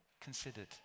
considered